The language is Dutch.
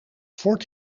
fort